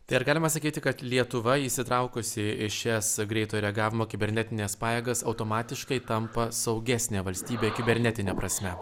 tai ar galima sakyti kad lietuva įsitraukusi į šias greito reagavimo kibernetines pajėgas automatiškai tampa saugesne valstybe kibernetine prasme